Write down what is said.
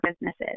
businesses